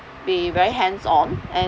be very hands on and